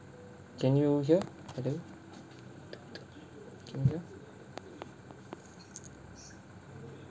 can you hear hello can you hear